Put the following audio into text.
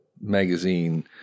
magazine